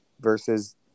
versus